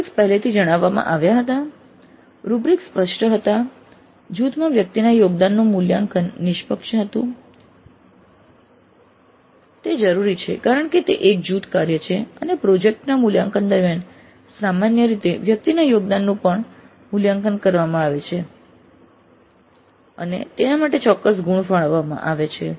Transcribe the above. rubrics પેહેલેથી જણાવવામાં આવ્યા હતા રુબ્રિક્સ સ્પષ્ટ હતા જૂથમાં વ્યક્તિના યોગદાનનું મૂલ્યાંકન નિષ્પક્ષ હતું તે જરૂરી છે કારણ કે તે એક જૂથ કાર્ય છે અને પ્રોજેક્ટ ના મૂલ્યાંકન દરમિયાન સામાન્ય રીતે વ્યક્તિના યોગદાનનું પણ મૂલ્યાંકન કરવામાં આવે છે અને તેના માટે ચોક્કસ ગુણ ફાળવવામાં આવે છે